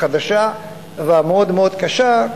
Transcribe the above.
החדשה והמאוד-מאוד קשה,